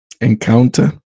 encounter